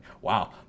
wow